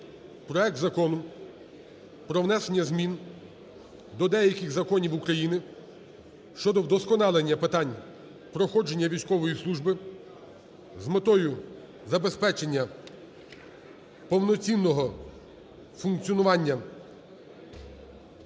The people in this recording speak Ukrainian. проект Закону про внесення змін до деяких законів України (щодо вдосконалення питань проходження військової служби) з метою забезпечення повноцінного функціонування Збройних